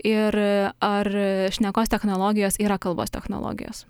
ir ar šnekos technologijos yra kalbos technologijos